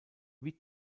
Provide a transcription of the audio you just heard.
wie